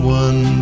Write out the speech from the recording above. one